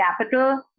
capital